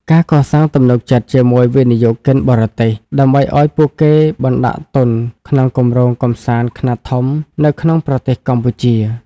ការកសាងទំនុកចិត្តជាមួយវិនិយោគិនបរទេស ដើម្បីឱ្យពួកគេបណ្តាក់ទុនក្នុងគម្រោងកម្សាន្តខ្នាតធំនៅក្នុងប្រទេសកម្ពុជា។